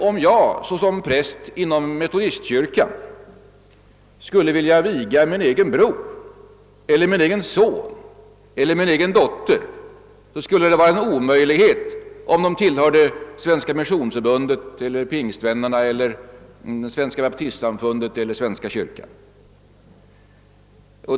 Om jag såsom präst inom Metodistkyrkan skulle vilja viga min egen bror, son eller dotter skulle det vara omöjligt om vederbörande tillhörde Svenska missionsförbundet, Svenska baptistsamfundet, pingströrelsen eller svenska kyrkan.